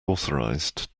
authorised